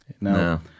No